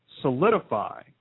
solidify